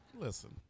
Listen